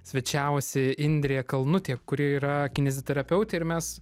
svečiavosi indrė kalnutė kuri yra kineziterapeutė ir mes